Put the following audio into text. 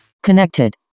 Connected